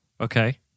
Okay